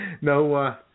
no